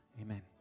Amen